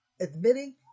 admitting